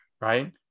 right